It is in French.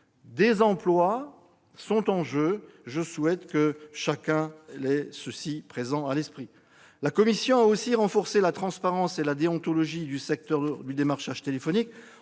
des emplois sont en jeu, chacun doit l'avoir présent à l'esprit. La commission a aussi renforcé la transparence et la déontologie du secteur du démarchage téléphonique,